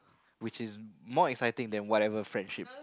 which is more exciting that whatever friendship